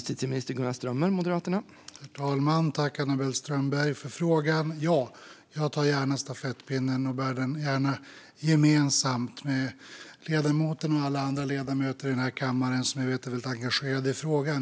Herr talman! Jag tackar Anna-Belle Strömberg för frågan. Jag tar gärna stafettpinnen och bär den gärna gemensamt med ledamoten och alla andra ledamöter i denna kammare som jag vet är engagerade i frågan.